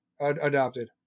adopted